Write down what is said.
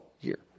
year